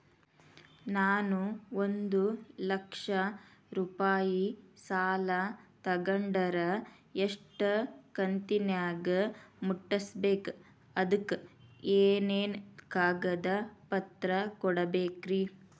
ನಾನು ಒಂದು ಲಕ್ಷ ರೂಪಾಯಿ ಸಾಲಾ ತೊಗಂಡರ ಎಷ್ಟ ಕಂತಿನ್ಯಾಗ ಮುಟ್ಟಸ್ಬೇಕ್, ಅದಕ್ ಏನೇನ್ ಕಾಗದ ಪತ್ರ ಕೊಡಬೇಕ್ರಿ?